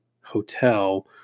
hotel